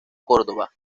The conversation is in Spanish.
córdoba